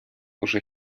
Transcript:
уже